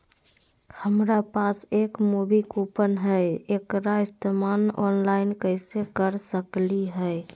हमरा पास एक मूवी कूपन हई, एकरा इस्तेमाल ऑनलाइन कैसे कर सकली हई?